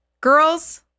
girls